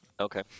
Okay